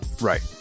right